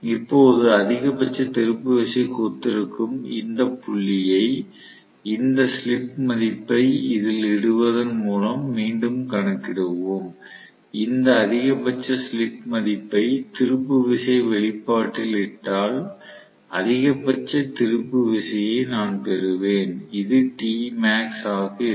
இப்போது அதிகபட்ச திருப்பு விசைக்கு ஒத்திருக்கும் இந்த புள்ளியை இந்த ஸ்லிப் மதிப்பை இதில் இடுவதன் மூலம் மீண்டும் கணக்கிடுவோம் இந்த அதிகபட்ச ஸ்லிப் மதிப்பை திருப்பு விசை வெளிப்பாட்டில் இட்டால் அதிகபட்ச திருப்பு விசையை நான் பெறுவேன் இது Tmax ஆக இருக்கும்